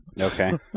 Okay